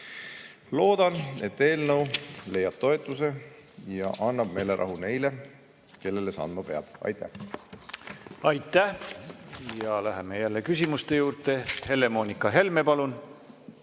Loodan, et see eelnõu leiab toetust ja annab meelerahu neile, kellele andma peab. Aitäh! Aitäh! Läheme jälle küsimuste juurde. Helle-Moonika Helme, palun!